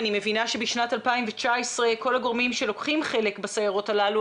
אני מבינה שבשנת 2019 כל הגורמים שלוקחים חלק בסיירות הללו,